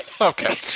Okay